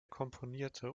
komponierte